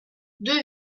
deux